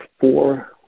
four